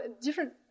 different